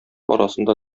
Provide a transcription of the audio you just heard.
арасында